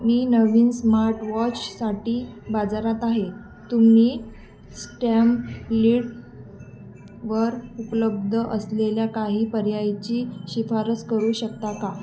मी नवीन स्मार्टवॉचसाठी बाजारात आहे तुम्ही स्टँपलीड वर उपलब्ध असलेल्या काही पर्यायाची शिफारस करू शकता का